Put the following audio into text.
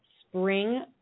spring